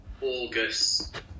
August